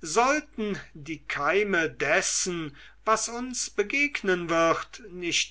sollten die keime dessen was uns begegnen wird nicht